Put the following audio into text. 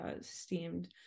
steamed